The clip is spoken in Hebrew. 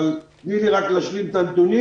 אבל תני לי רק להשלים את הצגת הנתונים